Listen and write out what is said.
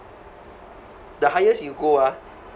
the highest you go ah